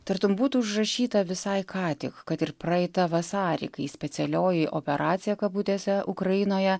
tartum būtų užrašyta visai ką tik kad ir praeitą vasarį kai specialioji operacija kabutėse ukrainoje